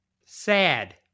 Sad